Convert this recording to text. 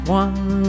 one